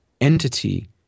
entity